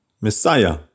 Messiah